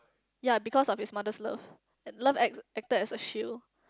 ya because of his mother's love and love acts acted as a shield